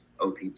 OPT